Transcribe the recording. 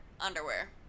underwear